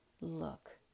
Look